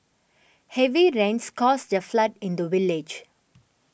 heavy rains caused a flood in the village